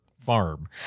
farm